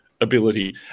ability